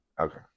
Okay